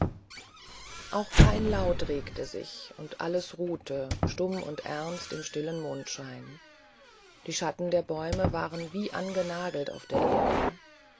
auch kein laut regte sich und alles ruhte stumm und ernst im stillen mondschein die schatten der bäume waren wie angenagelt auf der erde